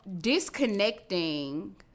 disconnecting